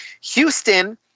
Houston